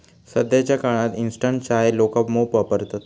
सध्याच्या काळात इंस्टंट चाय लोका मोप वापरतत